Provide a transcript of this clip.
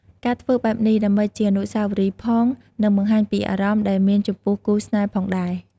ការធ្វើបែបនេះដើម្បីជាអនុស្សាវរីយ៍ផងនិងបង្ហាញពីអារម្មណ៍ ដែលមានចំពោះគូរស្នេហ៍ផងដែរ។